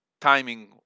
timing